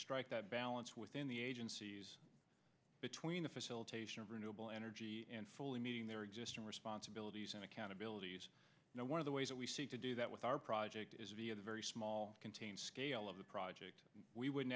strike that balance within the agencies between the facilitation of renewable energy and fully meeting their existing responsibilities and accountabilities you know one of the ways that we seek to do that with our project is via the very small contained scale of the project we wouldn't